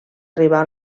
arribar